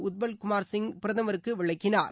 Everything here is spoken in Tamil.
உத்பல் குமார் சிங் பிரதமருக்கு விளக்கினார்